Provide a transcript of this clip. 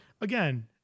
again